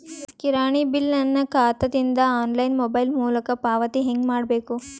ಕಿರಾಣಿ ಬಿಲ್ ನನ್ನ ಖಾತಾ ದಿಂದ ಆನ್ಲೈನ್ ಮೊಬೈಲ್ ಮೊಲಕ ಪಾವತಿ ಹೆಂಗ್ ಮಾಡಬೇಕು?